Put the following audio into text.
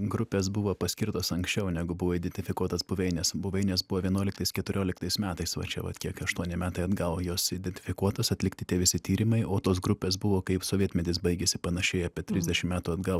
grupės buvo paskirtos anksčiau negu buvo identifikuotos buveinės buveinės buvo vienuoliktais keturioliktais metais va čia vat kiek aštuoni metai atgal jos identifikuotos atlikti tie visi tyrimai o tos grupės buvo kaip sovietmetis baigėsi panašiai apie trisdešim metų atgal